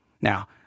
Now